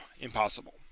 impossible